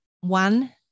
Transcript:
one